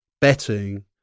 betting